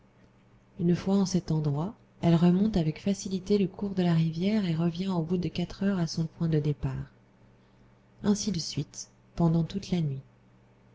une fois en cet endroit elle remonte avec facilité le cours de la rivière et revient au bout de quatre heures à son point de départ ainsi de suite pendant toute la nuit